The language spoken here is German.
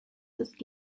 ist